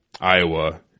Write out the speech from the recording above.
Iowa